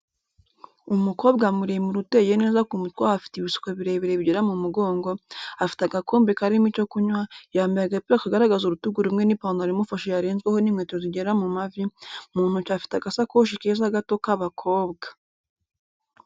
Umukobwa muremure uteye neza ku mutwe ahafite ibisuko birebire bigera mu mugongo, afite agakombe karimo icyo kunywa, yambaye agapira kagaragaza urutugu rumwe n'ipantaro imufashe yarenzweho n'inkweto zigera mu mavi, mu ntoki afite agasakoshi keza gato k'abakobwa.